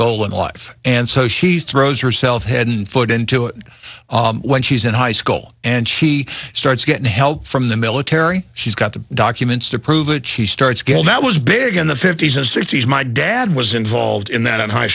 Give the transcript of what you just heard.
goal in life and so she's throws herself hadn't foot into it when she's in high school and she starts getting help from the military she's got the documents to prove it she starts getting that was big in the fifty's and sixty's my dad was involved in that in high